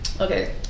okay